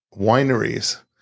wineries